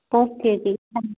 okay ਜੀ